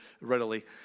readily